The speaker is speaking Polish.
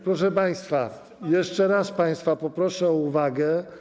Proszę państwa, jeszcze raz państwa poproszę o uwagę.